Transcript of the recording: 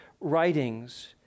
writings